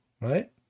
Right